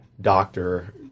doctor